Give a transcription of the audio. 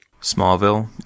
Smallville